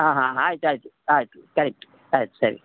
ಹಾಂ ಹಾಂ ಆಯ್ತು ಆಯ್ತು ಆಯ್ತು ಕರೆಕ್ಟ್ ಆಯ್ತು ಸರಿ